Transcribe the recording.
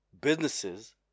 businesses